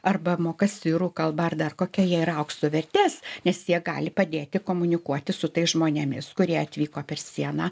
arba moka sirų kalbą ar dar kokią jie yra aukso vertės nes jie gali padėti komunikuoti su tais žmonėmis kurie atvyko per sieną